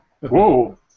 Whoa